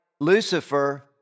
Lucifer